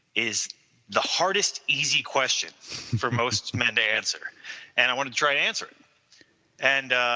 is the hardest easy question for most men to answer and i want to try answer and